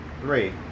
three